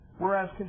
Whereas